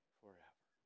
forever